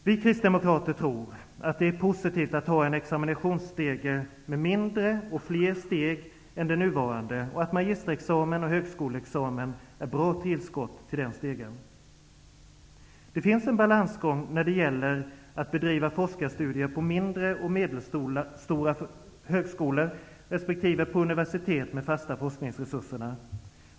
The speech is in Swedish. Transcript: Vi kristdemokrater tror att det är positivt att ha en examinationsstege med mindre och fler steg än den nuvarande och att magisterexamen och högskoleexamen är bra tillskott till den stegen. Det är en balansgång att bedriva forskarstudier på mindre och medelstora högskolor resp. på universitet med fasta forskningsresurser.